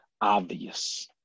obvious